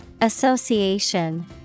Association